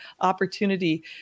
opportunity